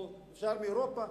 או אפשר מאירופה.